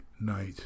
night